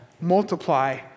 multiply